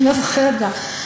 אני לא זוכרת כבר.